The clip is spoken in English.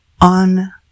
on